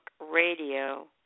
radio